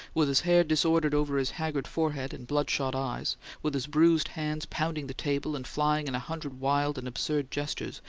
with his hair disordered over his haggard forehead and bloodshot eyes with his bruised hands pounding the table and flying in a hundred wild and absurd gestures,